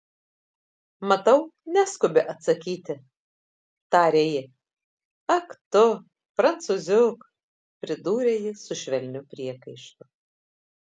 matau neskubi atsakyti tarė ji ak tu prancūziuk pridūrė ji su švelniu priekaištu